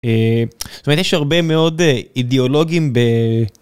זאת אומרת יש הרבה מאוד אידיאולוגים ב...